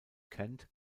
kent